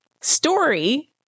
story